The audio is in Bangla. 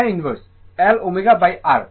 এটি tan ইনভার্স L ω R